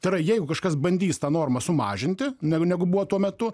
tai yra jeigu kažkas bandys tą normą sumažinti negu negu buvo tuo metu